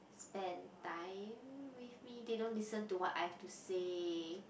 spend time with me they don't listen to what I have to say